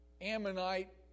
Ammonite